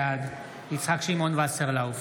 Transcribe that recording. בעד יצחק שמעון וסרלאוף,